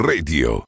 Radio